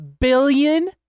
billion